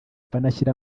banashyira